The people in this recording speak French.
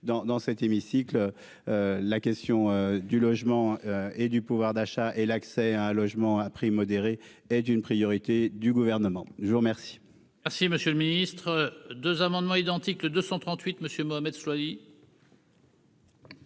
dans cet hémicycle, la question du logement, du pouvoir d'achat et de l'accès au logement à un prix modéré est une priorité du Gouvernement. Je suis saisi